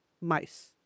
mice